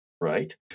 right